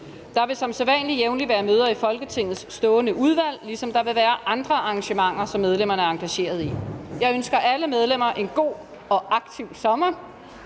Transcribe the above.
Der vil som sædvanlig jævnligt være møder i Folketingets stående udvalg, ligesom der vil være andre arrangementer, som medlemmerne er engageret i. Jeg ønsker alle medlemmer en god og aktiv sommer.